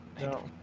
No